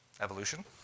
Evolution